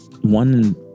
one